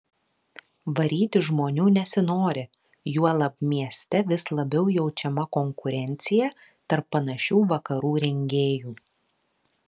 varyti žmonių nesinori juolab mieste vis labiau jaučiama konkurencija tarp panašių vakarų rengėjų